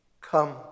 Come